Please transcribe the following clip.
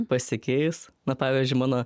pasikeis na pavyzdžiui mano